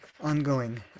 Ongoing